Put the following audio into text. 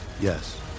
Yes